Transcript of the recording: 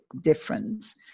difference